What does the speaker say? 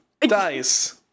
Dice